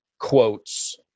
quotes